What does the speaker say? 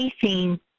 facing